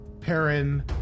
Perrin